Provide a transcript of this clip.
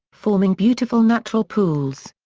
forming beautiful natural pools.